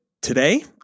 today